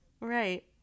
Right